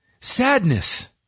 Sadness